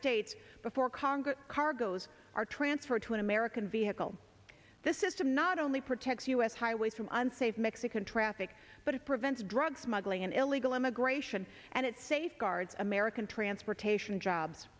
states before congress cargoes are transferred to an american vehicle the system not only protects u s highways from unsafe mexican traffic but it prevents drug smuggling and illegal immigration and it safeguards american transportation jobs